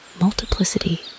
multiplicity